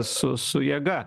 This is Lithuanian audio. su su jėga